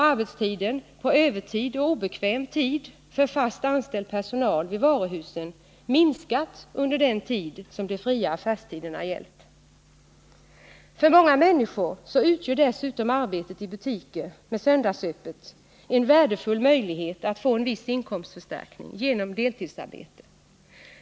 Arbetstiden på övertid och obekväm tid har t.ex. för den fast anställda personalen vid varuhus minskat under den tid de fria affärstiderna gällt. För många människor utgör dessutom arbetet i butiker med söndagsöppet en värdefull möjlighet att få en viss inkomstförstärkning genom deltidsarbete.